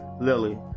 lily